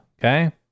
Okay